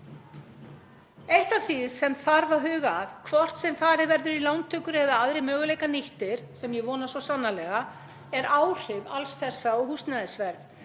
Eitt af því sem þarf að huga að, hvort sem farið verður í lántökur eða aðrir möguleikar nýttir, sem ég vona svo sannarlega, eru áhrif alls þessa á húsnæðisverð.